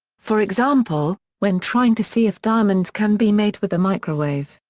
for example, when trying to see if diamonds can be made with a microwave,